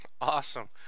Awesome